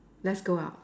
let's go out